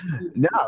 no